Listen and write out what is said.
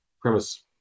premise